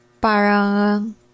Parang